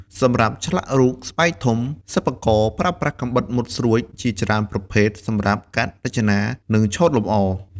សម្រាប់ឆ្លាក់រូបស្បែកធំ សិប្បករប្រើប្រាស់កាំបិតមុតស្រួចជាច្រើនប្រភេទសម្រាប់កាត់ រចនា និងឆូតលម្អ។